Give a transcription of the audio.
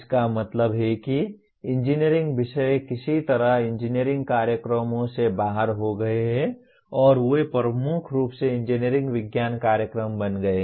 इसका मतलब है कि इंजीनियरिंग विषय किसी तरह इंजीनियरिंग कार्यक्रमों से बाहर हो गए हैं और वे प्रमुख रूप से इंजीनियरिंग विज्ञान कार्यक्रम बन गए हैं